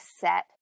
set